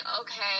okay